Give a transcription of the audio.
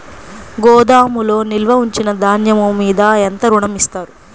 గోదాములో నిల్వ ఉంచిన ధాన్యము మీద ఎంత ఋణం ఇస్తారు?